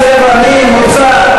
חבר הכנסת דב חנין בזכות הדיבור.